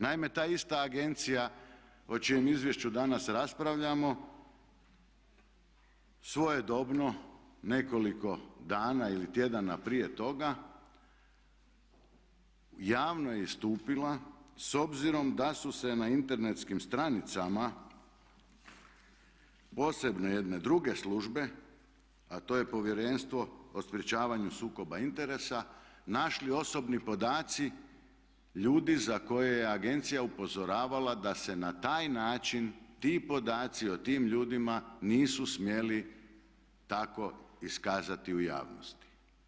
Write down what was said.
Naime, ta ista agencija o čijem izvješću danas raspravljamo svojedobno nekoliko dana ili tjedana prije toga javno je istupila s obzirom da su se na internetskim stranicama posebne jedne druge službe, a to je Povjerenstvo o sprječavanju sukoba interesa našli osobni podaci ljudi za koje je agencija upozoravala da se na taj način ti podaci o tim ljudima nisu smjeli tako iskazati u javnosti.